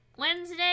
Wednesday